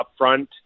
upfront